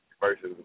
versus